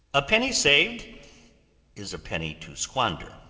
a penny saved is a penny to squander.